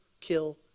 kill